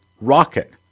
rocket